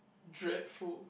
dreadful